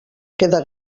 queda